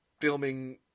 filming